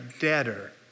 debtor